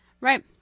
Right